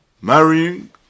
Marrying